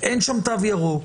אין שם תו ירוק,